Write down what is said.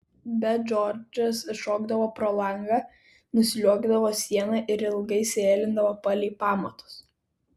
bet džordžas šokdavo pro langą nusliuogdavo siena ir ilgai sėlindavo palei pamatus